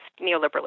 neoliberalism